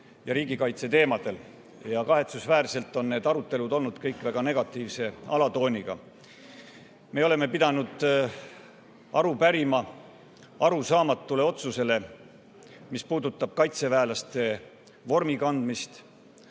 ja riigikaitse teemadel. Kahetsusväärselt on need arutelud olnud kõik väga negatiivse alatooniga. Me oleme pidanud aru pärima arusaamatu otsuse kohta, mis puudutab kaitseväelase vormi kandmist.